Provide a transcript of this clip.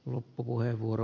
pian